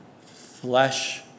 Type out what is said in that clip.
flesh